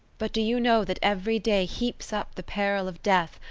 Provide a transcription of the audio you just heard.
but do you know, that every day heaps up the peril of death,